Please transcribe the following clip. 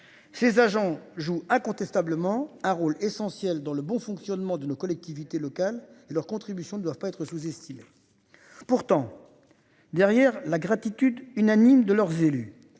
Ces agents joue incontestablement un rôle essentiel dans le bon fonctionnement de nos collectivités locales et leur contribution ne doivent pas être sous-estimé. Pourtant. Derrière la gratitude unanime de leurs élus.